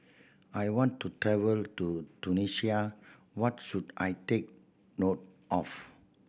I want to travel to Tunisia what should I take note of